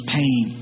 pain